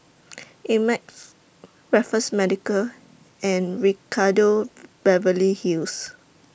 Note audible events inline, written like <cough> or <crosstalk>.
<noise> Ameltz Raffles Medical and Ricardo Beverly Hills